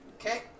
Okay